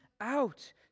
out